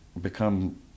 become